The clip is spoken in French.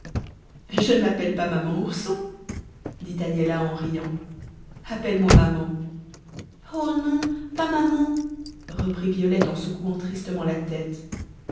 je ne m'appelle pas maman ourson dit agnella en riant appelle-moi maman oh non pas maman reprit violette en secouant tristement la tête